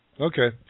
Okay